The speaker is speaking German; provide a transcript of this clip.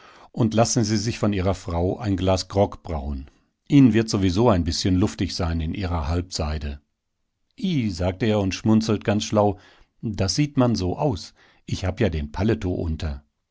und lassen sie sich von ihrer frau ein glas grog brauen ihnen wird sowieso ein bißchen luftig sein in ihrer halbseide i sagt er und schmunzelt ganz schlau das sieht man so aus ich hab ja den paletot unter